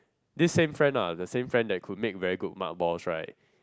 this same friend ah the same friend that could make very good mark balls right